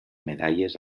medalles